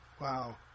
Wow